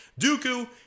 Dooku